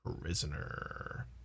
prisoner